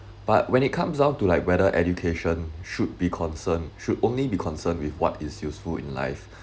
but when it comes down to like whether education should be concerned should only be concerned with what is useful in life